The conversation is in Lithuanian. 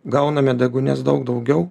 gauname deguonies daug daugiau